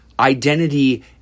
identity